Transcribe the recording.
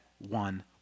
one